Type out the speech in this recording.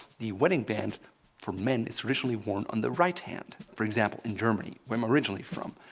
the wedding band for men is originally worn on the right hand. for example, in germany where i'm originally from,